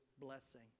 blessing